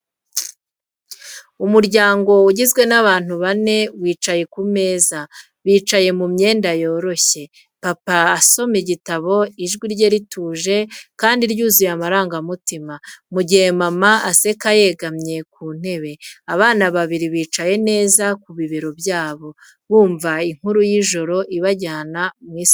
Umuryango ugizwe n’abantu bane wicaye ku meza, bicaye mu myenda yoroshye. Papa asoma igitabo, ijwi rye rituje kandi ryuzuye amarangamutima, mu gihe mama aseka yegamye ku ntebe. Abana babiri bicaye neza ku bibero byabo, bumva inkuru y’ijoro ibajyana mu isi y’ibitangaza.